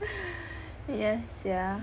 yes sia